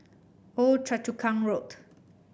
Old Choa Chu Kang Road